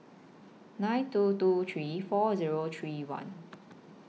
nine two two three four Zero three one